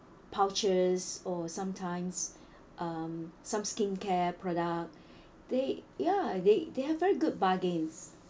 pouches or sometimes um some skincare product they ya they they are very good bargains